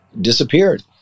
disappeared